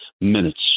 minutes